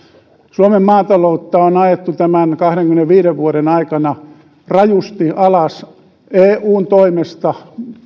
suomen maataloutta on ajettu tämän kahdenkymmenenviiden vuoden aikana rajusti alas paljolti eun toimesta